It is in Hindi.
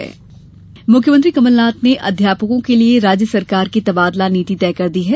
तबादला नीति मुख्यमंत्री कमलनाथ ने अध्यापकों के लिए राज्य शासन की तबादला नीति तय कर दी है